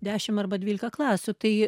dešim arba dvylika klasių tai